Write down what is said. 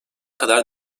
kadar